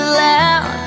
loud